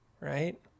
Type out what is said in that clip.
right